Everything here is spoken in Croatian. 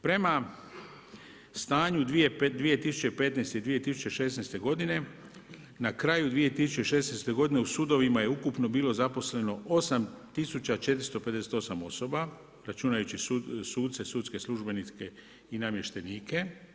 Prema stanju 2015. i 2016. g. na kraju 2016. g. u sudovima je ukupno bilo zaposleno 8458 osoba, računajući suce, sudske službenike i namještenike.